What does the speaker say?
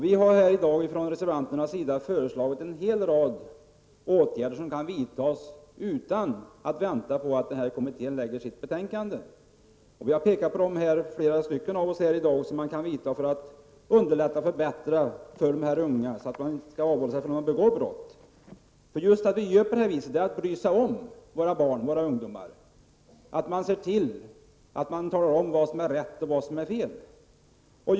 Vi reservanter har föreslagit en hel rad åtgärder som kan vidtas utan att man behöver vänta på kommitténs betänkande. Flera av oss har i dag pekat på åtgärder som kan vidtas för att se till att unga människor avhåller sig från att begå brott. Det gäller att tala om för barn och ungdomar vad som är rätt resp. fel. Det är ett sätt att bry sig om dem.